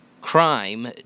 crime